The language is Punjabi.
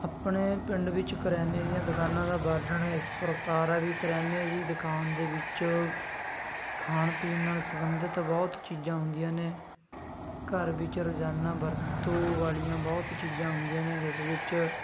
ਆਪਣੇ ਪਿੰਡ ਵਿੱਚ ਕਰਿਆਨੇ ਦੀਆਂ ਦੁਕਾਨਾਂ ਦਾ ਵਰਨਣ ਇਸ ਪ੍ਰਕਾਰ ਹੈ ਵੀ ਕਰਿਆਨੇ ਦੀ ਦੁਕਾਨ ਦੇ ਵਿੱਚ ਖਾਣ ਪੀਣ ਨਾਲ ਸੰਬੰਧਿਤ ਬਹੁਤ ਚੀਜ਼ਾਂ ਹੁੰਦੀਆਂ ਨੇ ਘਰ ਵਿਚ ਰੋਜ਼ਾਨਾ ਵਰਤੋਂ ਵਾਲੀਆਂ ਬਹੁਤ ਚੀਜ਼ਾਂ ਹੁੰਦੀਆਂ ਨੇ ਜਿਸ ਵਿੱਚ